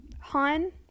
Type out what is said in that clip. Han